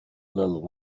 little